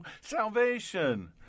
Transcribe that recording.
salvation